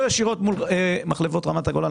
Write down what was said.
לא ישירות מול מחלבות רמת הגולן.